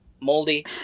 moldy